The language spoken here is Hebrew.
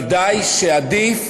ודאי שעדיף